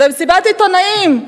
במסיבת עיתונאים.